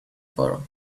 for